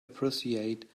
appreciate